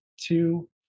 two